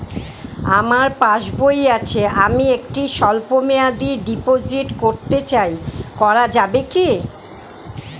আমার পাসবই আছে আমি একটি স্বল্পমেয়াদি ডিপোজিট করতে চাই করা যাবে কি?